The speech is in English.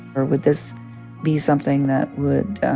or would this be something that would